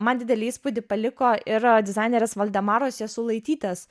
man didelį įspūdį paliko ir dizainerės valdemaros jasulaitytės